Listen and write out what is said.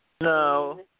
no